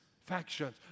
factions